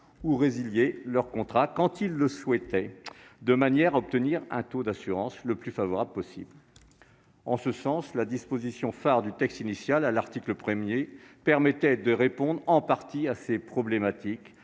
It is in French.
de résilier leur contrat quand ils le souhaitaient, de manière à obtenir le taux d'assurance le plus favorable possible. En ce sens, la disposition phare du texte initial, à l'article 1, permettait de répondre en partie à ces problématiques,